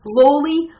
lowly